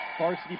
varsity